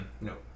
No